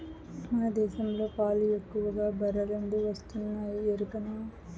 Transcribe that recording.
మన దేశంలోని పాలు ఎక్కువగా బర్రెల నుండే వస్తున్నాయి ఎరికనా